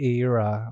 era